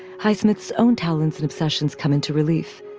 highsmith's own talents and obsessions come into relief.